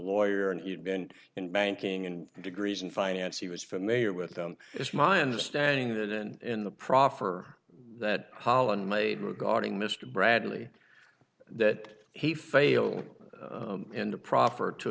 lawyer and he had been in banking and degrees in finance he was familiar with them it's my understanding that and in the proffer that holland made regarding mr bradley that he failed in the proffer to